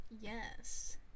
Yes